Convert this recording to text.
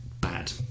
bad